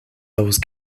those